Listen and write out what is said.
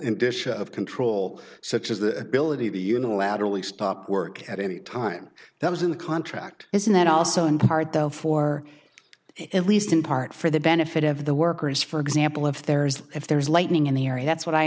and disha of control such as the ability to unilaterally stop work at any time that was in the contract isn't that also in part though for it least in part for the benefit of the workers for example if there's if there's lightning in the area that's what i